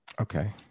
Okay